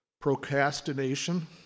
procrastination